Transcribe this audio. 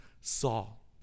Saul